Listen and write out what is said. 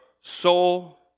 soul